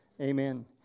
Amen